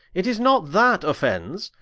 it is not that offends,